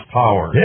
power